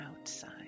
outside